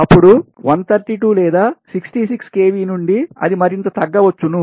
అప్పుడు 132 లేదా 66 kV నుండి అది మరింత తగ్గ వచ్చును